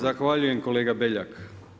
Zahvaljujem kolega Beljak.